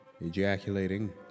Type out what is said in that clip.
ejaculating